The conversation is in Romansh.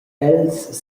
els